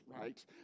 right